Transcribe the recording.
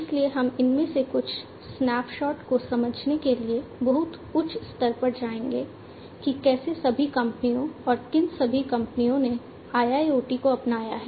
इसलिए हम इनमें से कुछ स्नैपशॉट को समझने के लिए बहुत उच्च स्तर पर जाएंगे कि कैसे सभी कंपनियों और किन सभी कंपनियों ने IIoT को अपनाया है